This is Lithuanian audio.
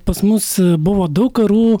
pas mus buvo daug karų